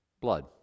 blood